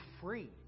free